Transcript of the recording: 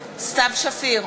סתיו שפיר,